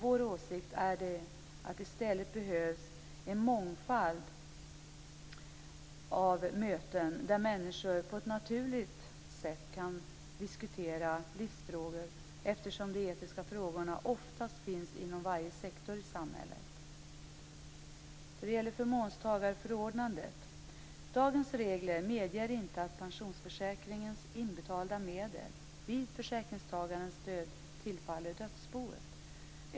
Vår åsikt är att det i stället behövs en mångfald av möten där människor på ett naturligt sätt kan diskutera livsfrågor, eftersom de etiska frågorna oftast finns inom varje sektor i samhället. Så till frågan om förmånstagarförordnande. Dagens regler medger inte att pensionsförsäkringens inbetalda medel vid försäkringstagarens död tillfaller dödsboet.